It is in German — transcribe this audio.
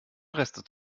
reste